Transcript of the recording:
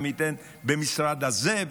וניתן במשרד הזה,